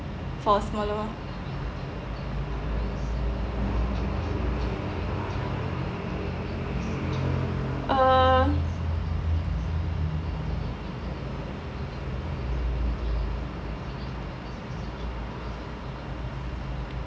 for smaller one uh